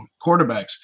quarterbacks